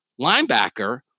linebacker